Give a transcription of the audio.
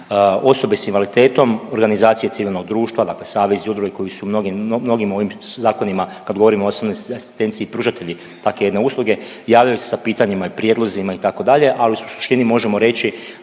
Osobe s invaliditetom, organizacije civilnog društva, dakle savezi i udruge koji su mnogim ovim zakonima, kad govorimo o osobnoj asistenciji i pružatelji takve jedne usluge, javljaju se sa pitanjima i prijedlozima, itd., ali u suštini, možemo reći